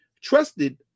Trusted